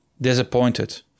Disappointed